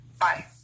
Bye